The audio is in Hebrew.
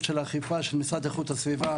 של אכיפה של המשרד לאיכות הסביבה.